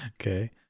Okay